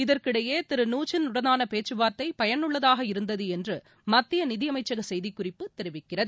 இதற்கிடையேதிரு நூச்சினுடனானபேச்சுவார்த்தைபயனுள்ளதாக இருந்ததுஎன்றுமத்தியநிதியமைச்சகசெய்திக்குறிப்பு தெரிவிக்கிறது